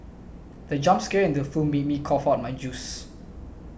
the jump scare in the film made me cough out my juice